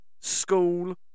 school